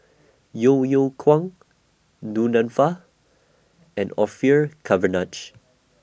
Yeo Yeow Kwang Du Nanfa and Orfeur Cavenagh